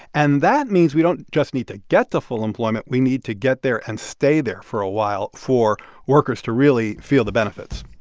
and that means we don't just need to get to full employment. we need to get there and stay there for a while for workers to really feel the benefits